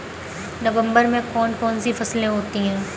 नवंबर में कौन कौन सी फसलें होती हैं?